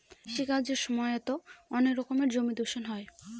কৃষি কাজের সময়তো অনেক রকমের জমি দূষণ হয়